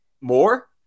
more